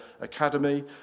Academy